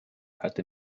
hatte